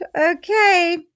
Okay